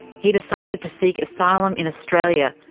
he decided to seek asylum in australia,